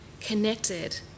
connected